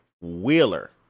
Wheeler